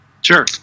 Sure